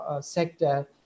sector